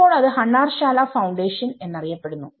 ഇപ്പോൾ അത് ഹണ്ണാർശാല ഫൌണ്ടേഷൻ എന്നറിയപ്പെടുന്നു